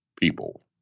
people